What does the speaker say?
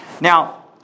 Now